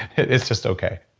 it's just okay.